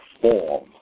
form